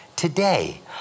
today